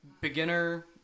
beginner